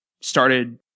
started